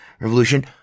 revolution